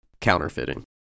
counterfeiting